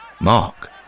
Mark